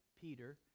Peter